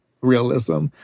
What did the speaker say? realism